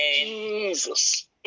Jesus